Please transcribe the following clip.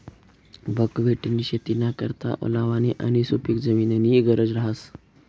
बकव्हिटनी शेतीना करता ओलावानी आणि सुपिक जमीननी गरज रहास